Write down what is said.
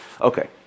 Okay